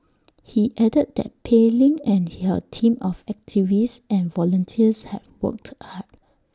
he added that Pei Ling and her team of activists and volunteers have worked hard